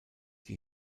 die